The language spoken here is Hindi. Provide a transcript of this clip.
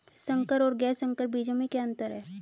संकर और गैर संकर बीजों में क्या अंतर है?